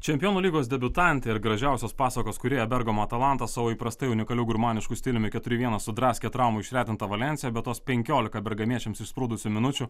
čempionų lygos debiutantė ir gražiausios pasakos kūrėja bergamo atalanta su savo įprastai unikaliu gurmanišku stiliumi keturi vienas sudraskė traumų išretintą valensiją bet tos penkiolika bergamiečiams išsprūdusių minučių